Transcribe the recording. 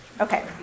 Okay